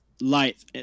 light